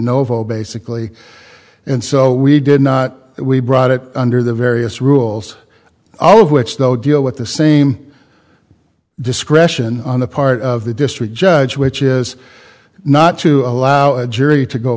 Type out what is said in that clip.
novo basically and so we did not we brought it under the various rules all of which they'll deal with the same discretion on the part of the district judge which is not to allow a jury to go